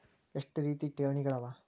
ಎಷ್ಟ ರೇತಿ ಠೇವಣಿಗಳ ಅವ?